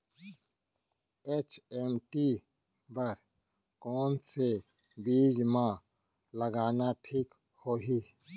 HMT बर कौन से बीज मा लगाना ठीक होही?